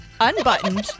Unbuttoned